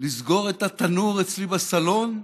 לסגור את התנור אצלי בסלון?